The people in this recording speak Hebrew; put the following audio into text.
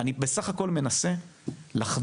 אני בסך הכול מנסה לחדור